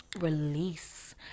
Release